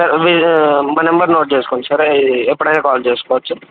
sir మా number note చేసుకోండి sir ఇది ఎప్పుడైనా కాల్ చేసుకోవచ్చు